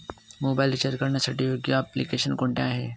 Mobile recharge करण्यासाठी योग्य application कोणते आहे?